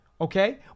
Okay